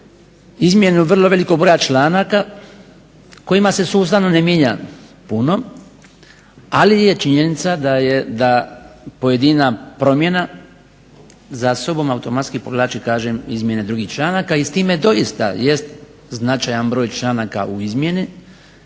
izmjenu vrlo velikog broja članaka kojima se sustavno mijenja puno ali je činjenica da pojedina promjena za sobom automatski povlači izmjene pojedinih članaka i s time doista jest značajan broj članaka u izmjeni